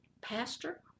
pastor